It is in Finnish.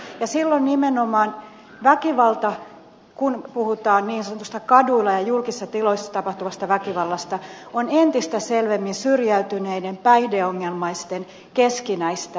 ja silloin nimenomaan väkivalta kun puhutaan niin sanotusta kaduilla ja julkisissa tiloissa tapahtuvasta väkivallasta on entistä selvemmin syrjäytyneiden päihdeongelmaisten keskinäistä väkivaltaa